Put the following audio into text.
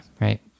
right